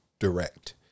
Direct